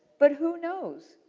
but, who knows?